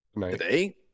Today